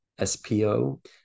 SPO